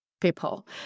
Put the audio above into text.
people